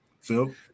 Phil